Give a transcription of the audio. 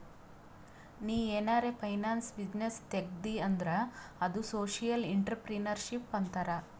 ನೀ ಏನಾರೆ finance business ತೆಗ್ದಿ ಅಂದುರ್ ಅದು ಸೋಶಿಯಲ್ ಇಂಟ್ರಪ್ರಿನರ್ಶಿಪ್ ಅಂತಾರ್